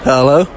Hello